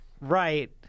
right